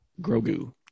Grogu